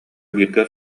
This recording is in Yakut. бииргэ